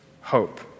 hope